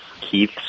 Keith